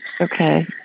Okay